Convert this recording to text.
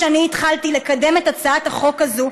כשאני התחלתי לקדם את הצעת החוק הזאת,